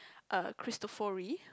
uh Cristofori